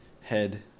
head